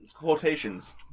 Quotations